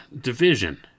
division